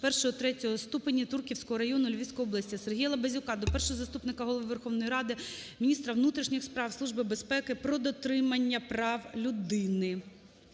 ЗОШ I-III ст. Турківського району Львівської області. Сергія Лабазюка до Першого Заступника Голови Верховної Ради, міністра внутрішніх справ, Служби безпеки щодо дотримання прав людини.